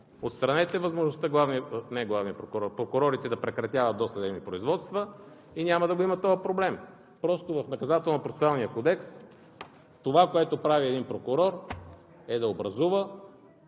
отстранете възможността прокурорите да прекратяват досъдебни производства и няма да го има този проблем. Просто в Наказателно-процесуалния кодекс онова, което прави един прокурор, е да образува,